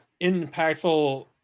impactful